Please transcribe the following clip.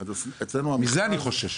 מזה אני חושש.